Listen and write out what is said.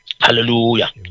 Hallelujah